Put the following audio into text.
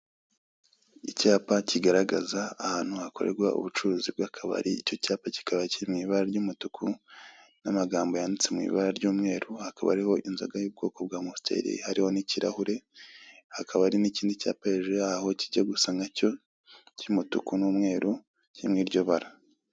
Icyapa kigaragaza ahantu hakorerwa ubucuruzi bw'akabari, icyo cyapa kikaba kiri mu ibara ry'umutuku n'amagambo yanditse mu ibara ry'umweru, hakaba hariho inzoga y'ubwoko bwa amusiteri hariho n'ikirahure hakaba hari n'ikindi cyapa hejuru yaho kijya gusa nkacyo cy'umutuku n'umweru kiri muri iryo bara.